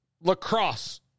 lacrosse